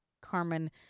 Carmen